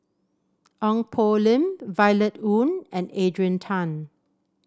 Ong Poh Lim Violet Oon and Adrian Tan